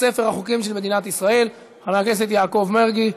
חוק הארכת תקופת זכויות יוצרים וזכויות מבצעים (תיקוני חקיקה),